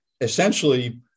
essentially